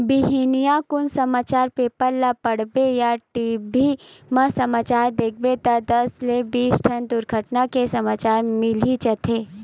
बिहनिया कुन समाचार पेपर ल पड़बे या टी.भी म समाचार देखबे त दस ले बीस ठन दुरघटना के समाचार मिली जाथे